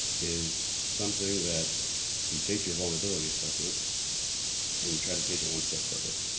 is something that you take your vulnerability assessment and you try to take it one step further.